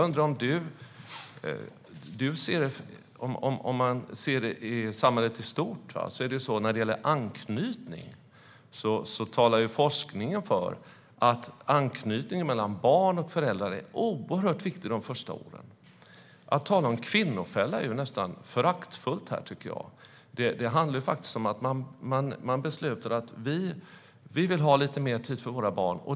Vad gäller samhället i stort kan jag säga att forskningen talar för att anknytningen mellan barn och föräldrar är oerhört viktig de första åren. Att tala om en kvinnofälla är nästan föraktfullt, tycker jag. Det handlar faktiskt om att man beslutar att ha lite mer tid för sina barn.